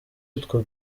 utwo